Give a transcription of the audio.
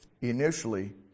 initially